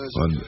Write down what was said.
on